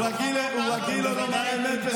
הוא רגיל לא לומר אמת ולהגיד,